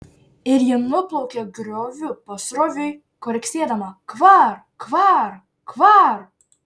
ir ji nuplaukė grioviu pasroviui kvarksėdama kvar kvar kvar